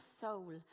soul